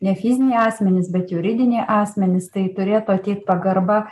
ne fiziniai asmenys bet juridiniai asmenys tai turėtų ateit pagarba